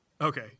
Okay